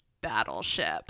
battleship